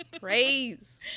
Praise